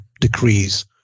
decrees